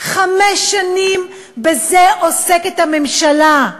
חמש שנים בזה עוסקת הממשלה.